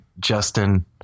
justin